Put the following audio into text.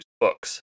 books